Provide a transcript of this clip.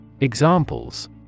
Examples